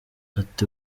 ati